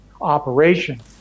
operation